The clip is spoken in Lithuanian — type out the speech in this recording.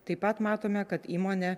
taip pat matome kad įmonė